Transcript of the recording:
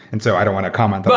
and so i don't want to comment.